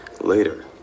Later